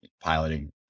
piloting